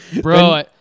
bro